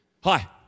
Hi